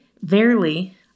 verily